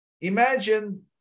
Imagine